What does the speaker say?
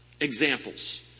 examples